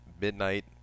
midnight